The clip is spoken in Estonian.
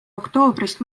oktoobrist